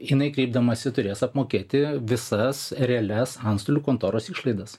jinai kreipdamasi turės apmokėti visas realias antstolių kontoros išlaidas